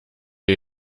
ihr